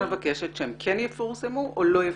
מבקשת שהם כן יפורסמו או לא יפורסמו?